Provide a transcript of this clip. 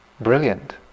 brilliant